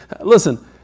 Listen